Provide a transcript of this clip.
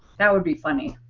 that would be funny.